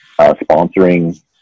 sponsoring